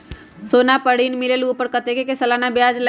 सोना पर ऋण मिलेलु ओपर कतेक के सालाना ब्याज लगे?